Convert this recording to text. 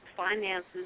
Finances